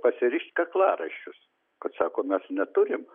pasirišt kaklaraiščius kad sakom mes neturim